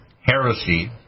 Heresy